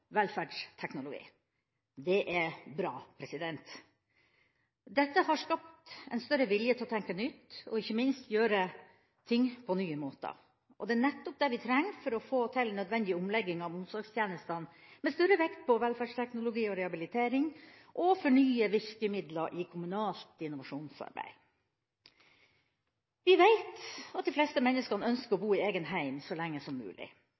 velferdsteknologi. Det er bra! Dette har skapt en større vilje til å tenke nytt og ikke minst å gjøre ting på nye måter, og det er nettopp det vi trenger for å få til nødvendig omlegging av omsorgstjenestene, med større vekt på velferdsteknologi og rehabilitering, og for å få nye virkemidler i kommunalt innovasjonsarbeid. Vi vet at de fleste mennesker ønsker å bo i eget hjem så lenge som mulig.